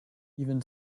even